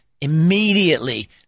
Immediately